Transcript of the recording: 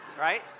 Right